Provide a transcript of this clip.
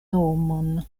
nomon